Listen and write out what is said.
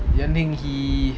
he